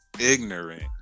Ignorant